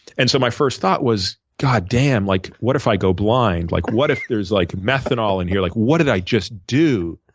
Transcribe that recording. and so my first thought was, god damn, like, what if i go blind? like what if there's like methanol in here? like, what did i just do?